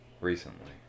Recently